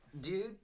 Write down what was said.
Dude